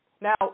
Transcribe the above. Now